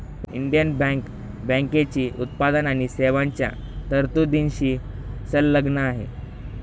Indian Bank बँकेची उत्पादन आणि सेवांच्या तरतुदींशी संलग्न आहे